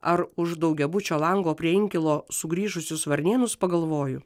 ar už daugiabučio lango prie inkilo sugrįžusius varnėnus pagalvoju